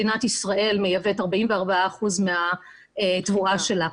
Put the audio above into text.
מדינת ישראל מייבאת 44% מהתבואה שלה,